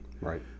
Right